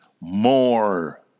more